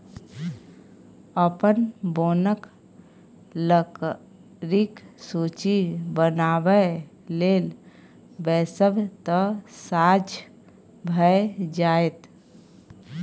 अपन बोनक लकड़ीक सूची बनाबय लेल बैसब तँ साझ भए जाएत